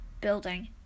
building